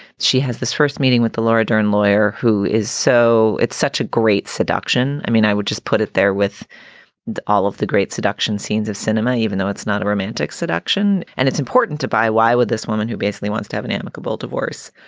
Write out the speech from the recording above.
she has this first meeting with the laura dern lawyer who is so it's such a great seduction. i mean, i would just put it there with all of the great seduction scenes of cinema, even though it's not a romantic seduction and it's important to buy. why would this woman who basically wants to have an amicable divorce,